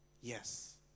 yes